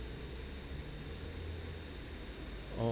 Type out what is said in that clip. oh